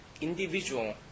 individual